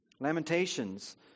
Lamentations